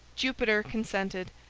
jupiter consented,